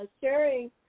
sharing